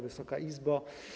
Wysoka Izbo!